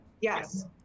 Yes